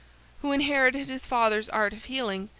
who inherited his father's art of healing,